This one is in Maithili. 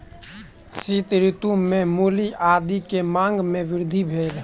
शीत ऋतू में मूली आदी के मांग में वृद्धि भेल